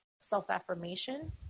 self-affirmation